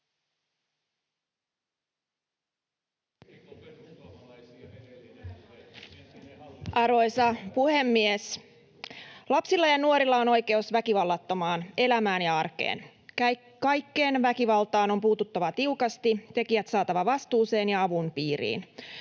Arvoisa puhemies! Lapsilla ja nuorilla on oikeus väkivallattomaan elämään ja arkeen. Kaikkeen väkivaltaan on puututtava tiukasti, tekijät saatava vastuuseen ja avun piiriin.